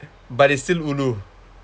but it's still ulu